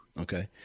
Okay